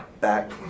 back